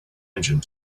engine